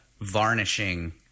varnishing